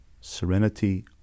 serenity